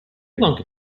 lankan